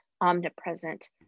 omnipresent